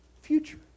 future